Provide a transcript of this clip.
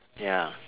ya